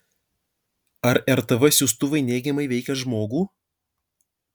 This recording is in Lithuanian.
ar rtv siųstuvai neigiamai veikia žmogų